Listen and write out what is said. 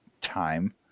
Time